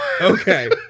Okay